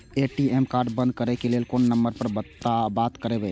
ATM card बंद करे के लेल कोन नंबर पर बात करबे?